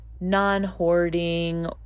non-hoarding